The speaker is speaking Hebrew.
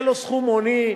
יהיה לו סכום הוני.